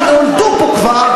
אפילו אלה שנולדו פה כבר,